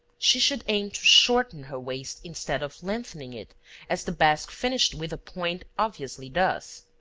she should aim to shorten her waist instead of lengthening it as the basque finished with a point obviously does.